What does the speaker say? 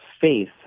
faith